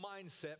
mindset